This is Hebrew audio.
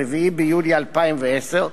4 ביולי 2010,